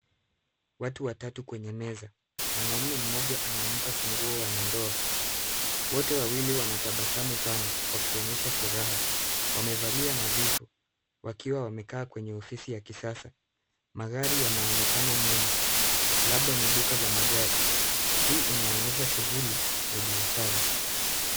Watu watatu kwenye meza. Mwanaume mmoja anampa funguo wanandoa. Wote wawili wanatabasamu sana, wakionyesha furaha. Wamevalia nadhifu, wakiwa wamekaa kwenye ofisi ya kisasa. Magari yanaonekana nyuma, labda ni duka la magari. Hii inaonyesha shughuli ya biashara.